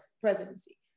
presidency